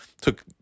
took